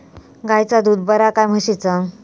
गायचा दूध बरा काय म्हशीचा?